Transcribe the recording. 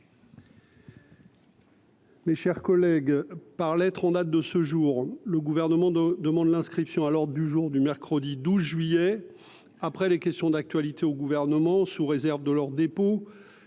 Mes chers collègues, par lettre en date de ce jour, le Gouvernement demande l’inscription à l’ordre du jour du mercredi 12 juillet, après les questions d’actualité au Gouvernement, sous réserve de leur dépôt,